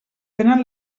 tenen